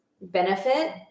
benefit